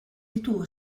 ditugu